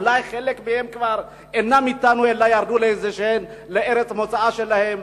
אולי חלק מהם כבר אינם אתנו אלא ירדו לארץ המוצא שלהם.